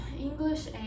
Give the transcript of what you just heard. English